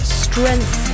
strength